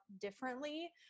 differently